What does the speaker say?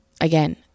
again